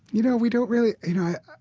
you know, we don't really you know, i